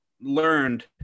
learned